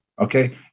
Okay